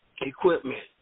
equipment